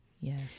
Yes